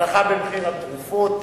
הנחה במחיר התרופות,